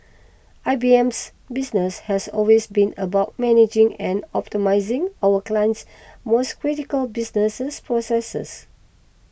I B M's business has always been about managing and optimising our clients most critical business processes